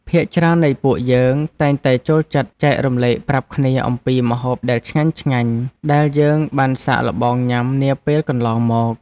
ភាគច្រើននៃពួកយើងតែងតែចូលចិត្តចែករំលែកប្រាប់គ្នាអំពីម្ហូបដែលឆ្ងាញ់ៗដែលយើងបានសាកល្បងញ៉ាំនាពេលកន្លងមក។